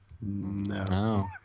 No